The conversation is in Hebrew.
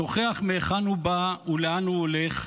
שוכח מהיכן הוא בא ולאן הוא הולך,